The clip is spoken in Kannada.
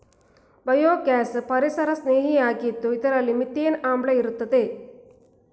ಬಯೋಗ್ಯಾಸ್ ಪರಿಸರಸ್ನೇಹಿಯಾಗಿದ್ದು ಇದರಲ್ಲಿ ಮಿಥೇನ್ ಆಮ್ಲ ಇರುತ್ತದೆ